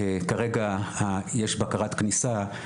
כרגע יש בקרת כניסה,